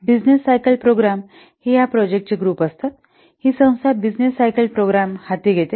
business cycle programme हे या प्रोजेक्टांचे ग्रुप असतात ही संस्था बिजनेस सायकल प्रोग्राम हाती घेते